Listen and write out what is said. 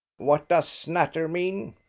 what does snatter mean?